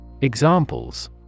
Examples